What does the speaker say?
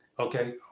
Okay